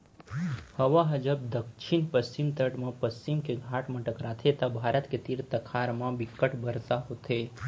हवा ह जब दक्छिन पस्चिम तट म पस्चिम के घाट म टकराथे त भारत के तीर तखार म बिक्कट बरसा होथे